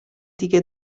دیگر